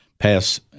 Pass